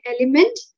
element